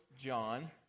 John